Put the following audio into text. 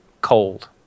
cold